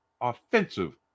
offensive